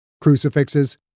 Crucifixes